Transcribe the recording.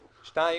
שנית,